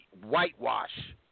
whitewash